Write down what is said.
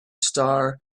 star